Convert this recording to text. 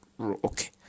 okay